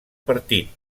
partit